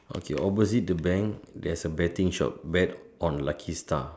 okay opposite the bank there's a betting shop bet on lucky star